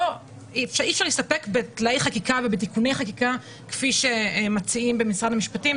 אי אפשר להסתפק בטלאי חקיקה ובתיקוני חקיקה כפי שמציעים במשרד המשפטים.